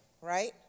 right